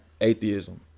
atheism